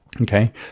Okay